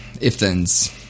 If-thens